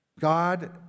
God